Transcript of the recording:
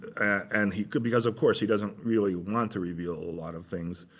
and he could, because of course, he doesn't really want to reveal a lot of things.